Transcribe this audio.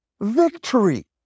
victory